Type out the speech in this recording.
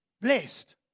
Blessed